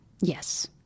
Yes